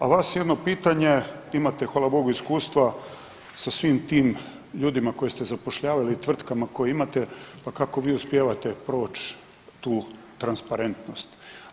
A vas jedno pitanje imate hvala Bogu iskustva sa svim tim ljudima koje ste zapošljavali i tvrtkama koje imate, pa kako vi uspijevate proći tu transparentnost.